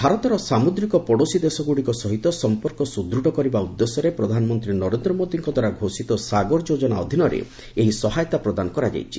ଭାରତର ସାମୁଦ୍ରିକ ପଡ଼ୋଶୀ ଦେଶଗୁଡ଼ିକ ସହିତ ସମ୍ପର୍କ ସୁଦୂଢ଼ କରିବା ଉଦ୍ଦେଶ୍ୟରେ ପ୍ରଧାନମନ୍ତ୍ରୀ ନରେନ୍ଦ୍ର ମୋଦୀଙ୍କ ଦ୍ୱାରା ଘୋଷିତ ସାଗର ଯୋଜନା ଅଧୀନରେ ଏହି ସହାୟତା ପ୍ରଦାନ କରାଯାଇଛି